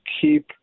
keep